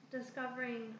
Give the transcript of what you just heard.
Discovering